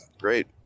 Great